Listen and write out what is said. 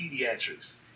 Pediatrics